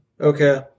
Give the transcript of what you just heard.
okay